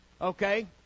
Okay